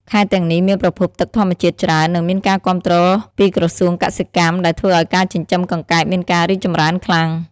ខេត្តទាំងនេះមានប្រភពទឹកធម្មជាតិច្រើន និងមានការគាំទ្រពីក្រសួងកសិកម្ម ដែលធ្វើឲ្យការចិញ្ចឹមកង្កែបមានការរីកចម្រើនខ្លាំង។